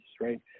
Right